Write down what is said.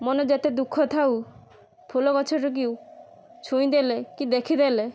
ମନେ ଯେତେ ଦୁଃଖ ଥାଉ ଫୁଲ ଗଛଟିକୁ ଛୁଇଁଦେଲେ କି ଦେଖିଦେଲେ